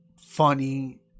funny